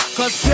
Cause